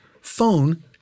phone